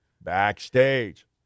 Backstage